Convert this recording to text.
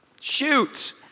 shoot